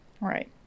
Right